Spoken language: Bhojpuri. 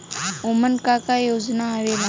उमन का का योजना आवेला?